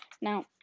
Now